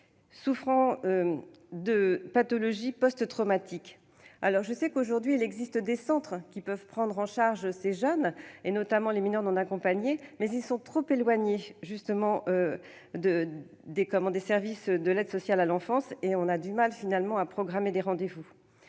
souffrent de pathologies post-traumatiques. Je sais qu'il existe aujourd'hui des centres qui peuvent prendre en charge ces jeunes, notamment les mineurs non accompagnés, mais ils sont trop éloignés des services de l'aide sociale à l'enfance et il est difficile de programmer des rendez-vous.